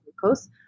glucose